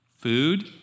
food